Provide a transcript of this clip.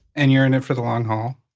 and you're in it for the long haul?